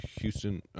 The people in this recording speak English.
Houston